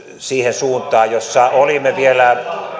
siihen suuntaan jossa olimme vielä